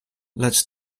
lecz